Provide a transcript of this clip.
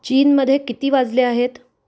चीनमध्ये किती वाजले आहेत